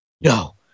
No